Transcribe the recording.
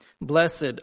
Blessed